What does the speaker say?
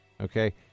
Okay